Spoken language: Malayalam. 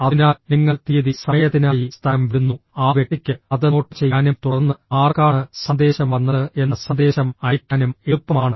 അതിനാൽ നിങ്ങൾ തീയതി സമയത്തിനായി സ്ഥലം വിടുന്നു ആ വ്യക്തിക്ക് അത് നോട്ട് ചെയ്യാനും തുടർന്ന് ആർക്കാണ് സന്ദേശം വന്നത് എന്ന സന്ദേശം അയയ്ക്കാനും എളുപ്പമാണ്